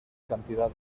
cantidad